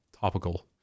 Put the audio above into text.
topical